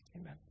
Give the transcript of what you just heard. Amen